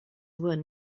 won